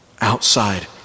outside